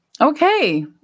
Okay